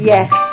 Yes